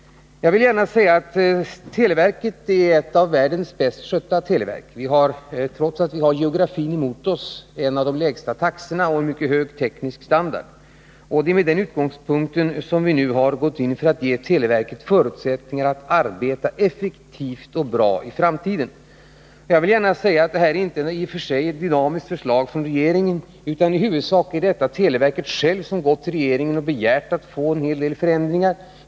Jag vill gärna säga att vårt televerk är ett av världens bäst skötta teleorgan. Vi har, trots att vi har geografin emot oss, en av de lägsta taxorna, och vi har en mycket hög teknisk standard. Det är från den utgångspunkten som vi nu har gått in för att ge televerket förutsättningar att arbeta effektivt och bra i framtiden. Jag vill också säga att det här inte i sig är fråga om ett dynamiskt förslag från regeringen, utan i huvudsak är resultatet av ett initiativ från televerket självt, där man gått till regeringen och begärt att få en hel del förändringar.